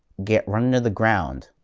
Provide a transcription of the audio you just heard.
get run into the ground,